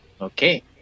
Okay